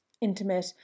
intimate